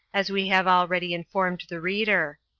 as we have already informed the reader.